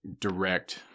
direct